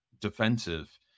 defensive